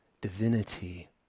divinity